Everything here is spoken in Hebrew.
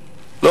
מוזס.